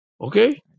Okay